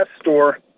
store